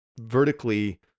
vertically